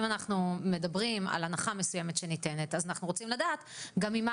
אם אנחנו מדברים על הנחה מסוימת שניתנת אז אנחנו רוצים לדעת גם ממה